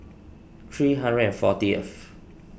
three hundred and forty S